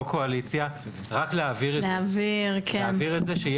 לא קואליציה רק להעביר את זה כדי שזה